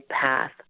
path